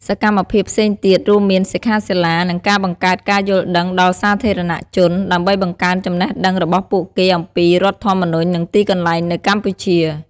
សកម្មភាពផ្សេងទៀតរួមមានសិក្ខាសាលា និងការបង្កើតការយល់ដឹងដល់សាធារណជន ដើម្បីបង្កើនចំណេះដឹងរបស់ពួកគេអំពីរដ្ឋធម្មនុញ្ញ និងទីកន្លែងនៅកម្ពុជា។